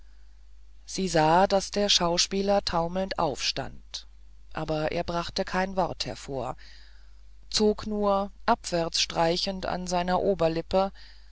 sie sah daß der schauspieler taumelnd aufstand aber er brachte kein wort hervor zog nur abwärts streichend an seiner oberlippe